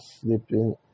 sleeping